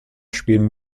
spielen